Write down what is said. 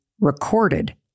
recorded